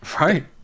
Right